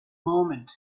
moment